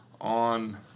on